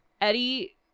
Eddie